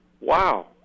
Wow